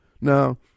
Now